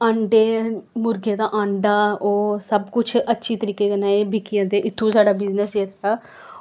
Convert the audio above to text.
अंडे मुर्गे दा आंडा होर सब कुछ अच्छे तरीके कन्नै एह् बिकी जंदे इत्थूं साढ़ा बिज़नस जेह्ड़ा